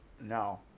No